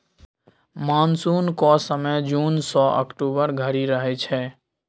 मानसुनक समय जुन सँ अक्टूबर धरि रहय छै